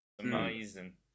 Amazing